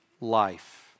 life